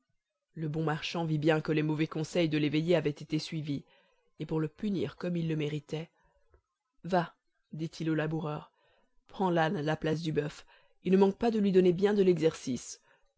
le bon marchand vit bien que les mauvais conseils de l'éveillé avaient été suivis et pour le punir comme il le méritait va dit-il au laboureur prends l'âne à la place du boeuf et ne manque pas de lui donner bien de l'exercice